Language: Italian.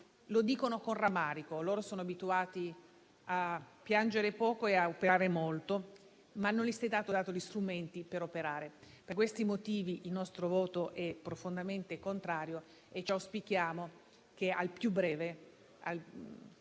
lo dicono con rammarico, perché sono abituati a piangere poco e a operare molto, ma non sono stati dati loro gli strumenti per operare. Per questi motivi, il nostro voto è profondamente contrario e auspichiamo che al più presto